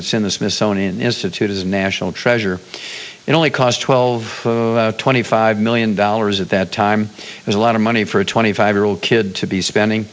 it's in this it's own institute as national treasure it only cost twelve twenty five million dollars at that time it was a lot of money for a twenty five year old kid to be spending